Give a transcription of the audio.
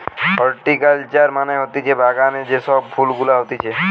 horticulture মানে হতিছে বাগানে যে সব ফুল গুলা হতিছে